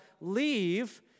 leave